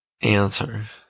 answer